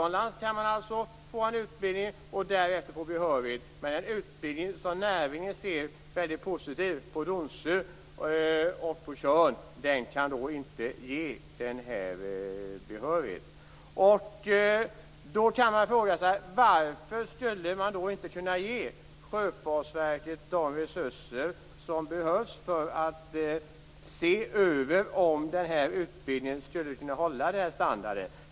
Man kan alltså genomgå en utbildning utomlands och därefter få behörighet, men utbildningarna på Tjörn och Donsö, som näringen ser väldigt positivt på, kan inte ge denna behörighet. Varför skulle man då inte kunna ge Sjöfartsverket de resurser som behövs för att se över om denna utbildning håller den standarden?